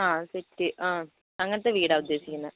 ആ സെറ്റ് ആ അങ്ങനത്തെ വീടാണ് ഉദ്ദേശിക്കുന്നത്